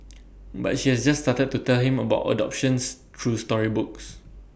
but she has just started to tell him about adoptions through storybooks